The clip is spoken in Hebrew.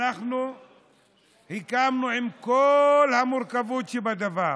אנחנו הקמנו, עם כל המורכבות שבדבר,